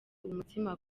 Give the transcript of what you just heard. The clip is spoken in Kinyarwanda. umutsima